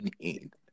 need